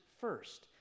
first